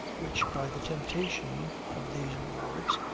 which, by the temptation of these rewards,